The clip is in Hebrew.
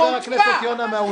את חצופה.